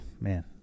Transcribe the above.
Man